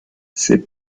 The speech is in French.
ses